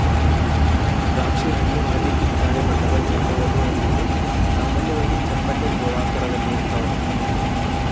ದ್ರಾಕ್ಷಿಹಣ್ಣು ಹಳದಿಕಿತ್ತಳೆ ಬಣ್ಣದ ಚರ್ಮವನ್ನು ಹೊಂದಿದ್ದು ಸಾಮಾನ್ಯವಾಗಿ ಚಪ್ಪಟೆ ಗೋಳಾಕಾರದಲ್ಲಿರ್ತಾವ